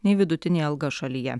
nei vidutinė alga šalyje